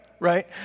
right